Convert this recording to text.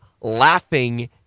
laughing